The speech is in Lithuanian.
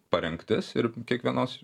parengtis ir kiekvienos